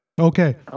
Okay